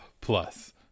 plus